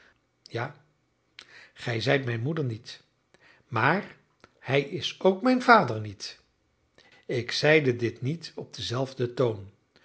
ja gij zijt mijn moeder niet maar hij is ook mijn vader niet ik zeide dit niet op denzelfden toon